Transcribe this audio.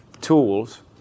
tools